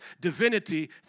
divinity